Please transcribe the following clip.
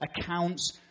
accounts